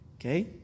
Okay